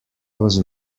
was